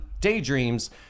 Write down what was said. daydreams